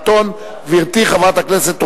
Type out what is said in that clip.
ותעבור לוועדת הכלכלה,